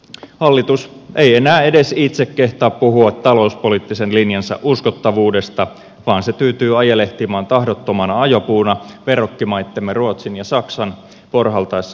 hallitus ei enää edes itse kehtaa puhua talouspoliittisen linjansa uskottavuudesta vaan se tyytyy ajelehtimaan tahdottomana ajopuuna verrokkimaittemme ruotsin ja saksan porhaltaessa vahvasti eteenpäin